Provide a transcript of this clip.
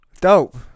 Dope